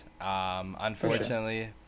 Unfortunately